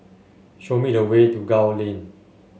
show me the way to Gul Lane